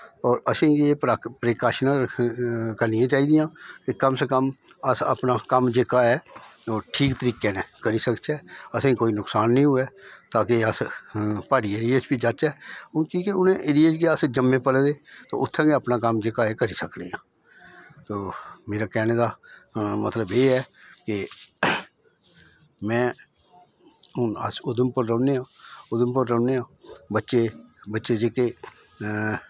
होर असेंगी एह् प्राक प्रिकाशनिर करनियां चाहिदियां कि कम से कम अस अपना कम्म जेह्का ऐ ओह् ठीक तरीके नै करी सकचै असेंगी कोई नकसान नी होऐ ताकि अस प्हाड़ी एरिये च बी जाच्चै हून कि के नें एरियें च गै अस जम्मे पले दे ते उत्थें गै अपना कम्म जेह्का एह् करा सकने आं तो मेरा कहने दा मतलब एह् ऐ में कि में हून अस उधमपुर च रौह्न्ने आं उधमपुर रौह्न्ने आं बच्चे बच्चे जेह्के